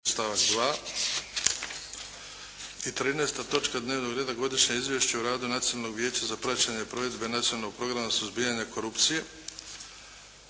(HDZ)** I 13. točka dnevnog reda Godišnje izvješće o radu Nacionalnog vijeća za praćenje provedbe Nacionalnog programa suzbijanja korupcije.